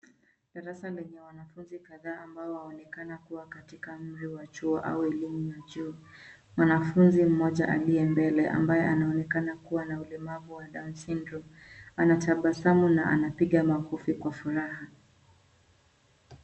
Darasa lenye wanafunzi kadhaa ambao waonekana kuwa katika mji wa chuo au elimu ya chuo. Mwanafunzi mmoja aliye mbele ambaye anaonekana kuwa na ulemavu wa down syndrome anatabasamu na anapiga makofi kwa furaha.